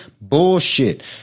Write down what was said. bullshit